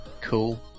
Cool